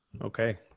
Okay